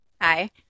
Hi